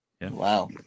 Wow